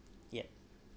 yup